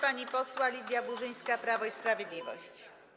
Pani poseł Lidia Burzyńska, Prawo i Sprawiedliwość.